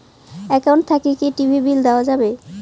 Account থাকি কি TV bill দেওয়া যাবে?